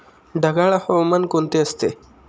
ढगाळ हवामान कोणते असते?